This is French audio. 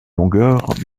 longueur